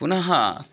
पुनः